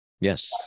Yes